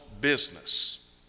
business